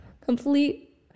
complete